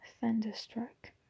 thunderstruck